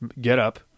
getup